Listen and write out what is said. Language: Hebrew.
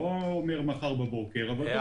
אני לא אומר מחר בבוקר אבל הוראת מעבר.